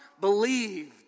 believed